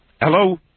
Hello